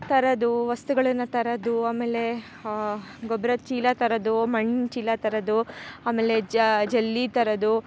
ತರೋದು ವಸ್ತುಗಳನ್ನು ತರೋದು ಆಮೇಲೆ ಗೊಬ್ಬರದ್ ಚೀಲ ತರೋದು ಮಣ್ಣು ಚೀಲ ತರೋದು ಆಮೇಲೆ ಜಲ್ಲಿ ತರೋದು